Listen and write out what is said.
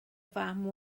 fam